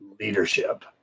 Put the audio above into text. leadership